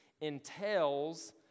entails